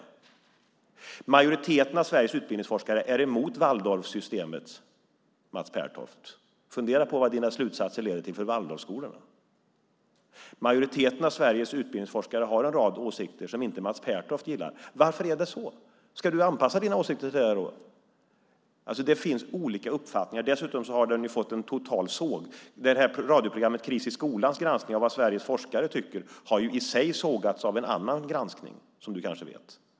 Majoriteten av Sveriges utbildningsforskare är emot Waldorfsystemet, Mats Pertoft. Fundera på vad dina slutsatser leder till för Waldorfskolorna! Majoriteten av Sveriges utbildningsforskare har en rad åsikter som Mats Pertoft inte gillar. Varför är det så? Ska du anpassa dina åsikter till dem då? Det finns olika uppfattningar. Dessutom har, som Mats Pertoft kanske vet, granskningen i radioprogrammet Kris i skolan av vad Sveriges forskare tycker sågats av en annan granskning.